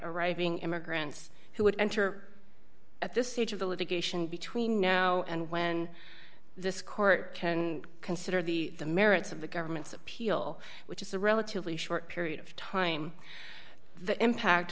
arriving immigrants who would enter at this stage of the litigation between now and when this court can consider the the merits of the government's appeal which is a relatively short period of time the impact